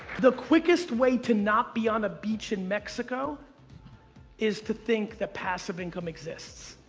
the quickest way to not be on a beach in mexico is to think that passive income exists.